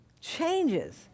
changes